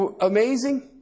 amazing